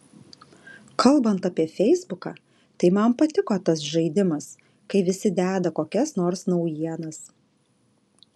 kalbant apie feisbuką tai man patiko tas žaidimas kai visi deda kokias nors naujienas